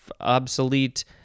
obsolete